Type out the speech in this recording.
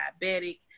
diabetic